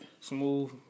smooth